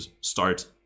start